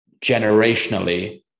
generationally